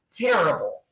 terrible